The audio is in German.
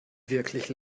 wirklich